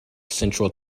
central